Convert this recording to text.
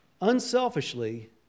unselfishly